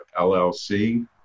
LLC